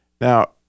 now